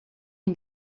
une